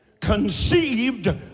conceived